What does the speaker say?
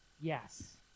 Yes